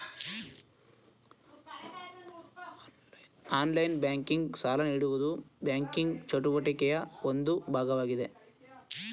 online banking, ಸಾಲ ನೀಡುವುದು banking ಚಟುವಟಿಕೆಯ ಒಂದು ಭಾಗವಾಗಿದೆ